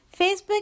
Facebook